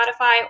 Spotify